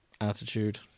attitude